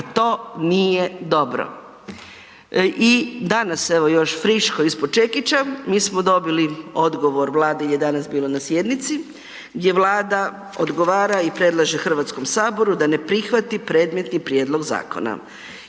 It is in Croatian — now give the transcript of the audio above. a to nije dobro. I danas evo još friško ispod čekića mi smo dobili odgovor, Vlada je danas bila na sjednici, gdje Vlada odgovara i predlaže HS-u da ne prihvati predmetni prijedlog zakona.